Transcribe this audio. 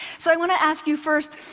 so i want to ask you first,